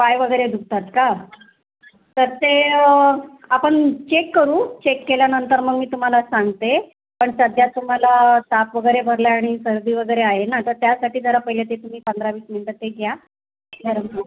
पाय वगैरे दुखतात का तर ते आपण चेक करू चेक केल्यानंतर मग मी तुम्हाला सांगते पण सध्या तुम्हाला ताप वगैरे भरला आहे आणि सर्दी वगैरे आहे ना तर त्यासाठी जरा पहिले ते तुम्ही पंधरा वीस मिनटं ते घ्या गरम करून